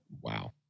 Wow